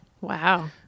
wow